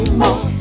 more